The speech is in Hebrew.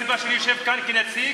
זו הסיבה שאני יושב כאן כנציג,